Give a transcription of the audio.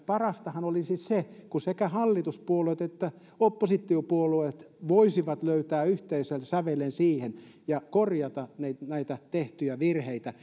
parastahan olisi se että sekä hallituspuolueet että oppositiopuolueet voisivat löytää yhteisen sävelen siihen ja korjata näitä tehtyjä virheitä